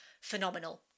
Phenomenal